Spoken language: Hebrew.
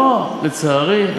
לצערי,